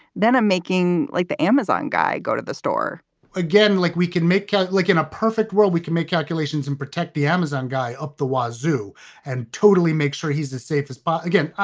then i'm making like the amazon guy, go to the store again, like we can make out like in a perfect world, we can make calculations and protect the amazon guy up the wazoo and totally make sure he's the safest part. again,